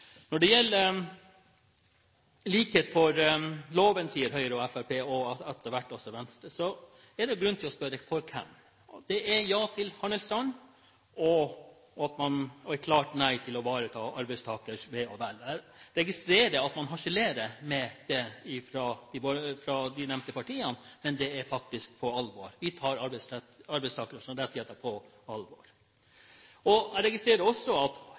Når det gjelder likhet for loven, slik Høyre og Fremskrittspartiet og etter hvert også Venstre sier, er det grunn til å spørre: For hvem? Det er ja til handelsstanden og et klart nei til å ivareta arbeidstakeres ve og vel. Jeg registrerer at man harselerer med det fra de nevnte partiene, men det er faktisk alvor. Vi tar arbeidstakernes rettigheter på alvor. Jeg registrerer også at